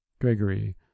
Gregory